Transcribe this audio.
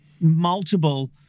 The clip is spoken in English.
multiple